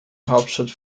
hauptstadt